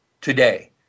today